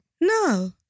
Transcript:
No